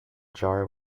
jar